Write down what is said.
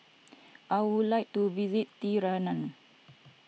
I would like to visit Tirana